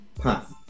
path